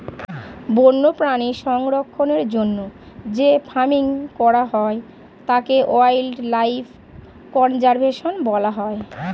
বন্যপ্রাণী সংরক্ষণের জন্য যে ফার্মিং করা হয় তাকে ওয়াইল্ড লাইফ কনজার্ভেশন বলা হয়